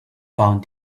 found